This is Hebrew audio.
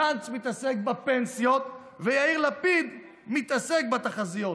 גנץ מתעסק בפנסיות ויאיר לפיד מתעסק בתחזיות.